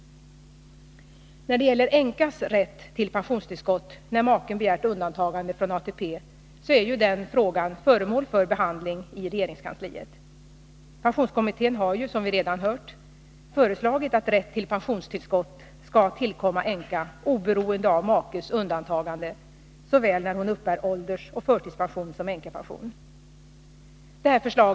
Frågan om änkas rätt till pensionstillskott när make har begärt undantagande från ATP är föremål för behandling i regeringskansliet. Pensionskommittén har, som vi redan har hört, föreslagit att rätt till pensionstillskott skall tillkomma änka oberoende av makes undantagande såväl när hon uppbär åldersoch förtidspension som när hon uppbär änkepension.